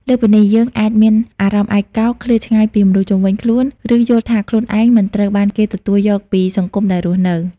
លើសពីនេះ យើងអាចមានអារម្មណ៍ឯកោ ឃ្លាតឆ្ងាយពីមនុស្សជុំវិញខ្លួន ឬយល់ថាខ្លួនឯងមិនត្រូវបានគេទទួលយកពីសង្គមដែលរស់នៅ។